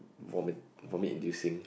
vomit vomit inducing